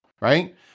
right